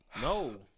No